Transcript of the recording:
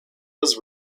was